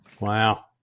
Wow